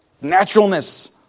naturalness